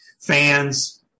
fans